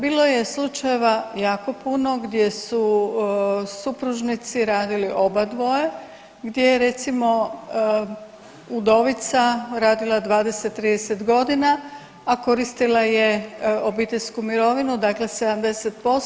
Bilo je slučajeva jako puno gdje su supružnici radili obadvoje, gdje je recimo udovica radila 20, 30 godina a koristila je obiteljsku mirovinu, dakle 70%